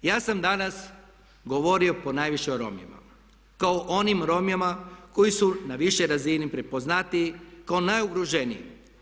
Ja sam danas govorio ponajviše o Romima kao onim Romima koji su na višoj razini prepoznatiji kao najugroženiji.